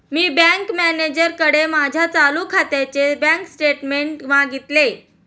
मी bank मॅनेजरकडे माझ्या चालू खात्याचे बँक स्टेटमेंट्स मागितले